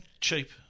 cheap